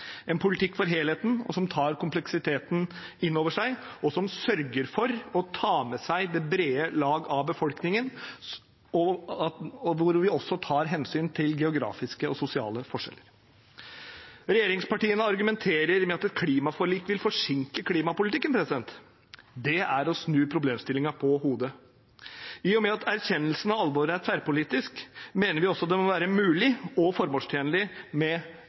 en politikk for helheten som tar kompleksiteten innover seg, som sørger for å ta med seg det brede lag av befolkningen, og der vi også tar hensyn til geografiske og sosiale forskjeller. Regjeringspartiene argumenterer med at et klimaforlik vil forsinke klimapolitikken. Det er å snu problemstillingen på hodet. I og med at erkjennelsen av alvoret er tverrpolitisk, mener vi det må være mulig og formålstjenlig med